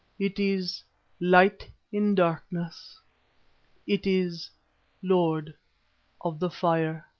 it is light in darkness it is lord of the fire